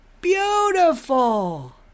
Beautiful